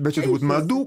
bet čia madų